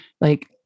like-